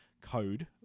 code